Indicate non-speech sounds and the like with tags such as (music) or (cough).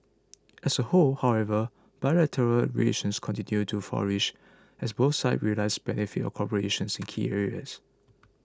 as a whole however bilateral relations continued to flourish as both sides realise benefits of cooperation (unintelligible) in key areas